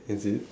is it